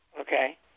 Okay